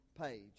page